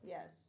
Yes